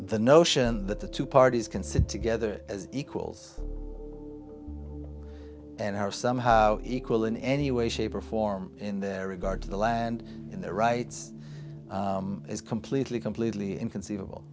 the notion that the two parties can sit together as equals and are somehow equal in any way shape or form in their regard to the land and their rights is completely completely inconceivable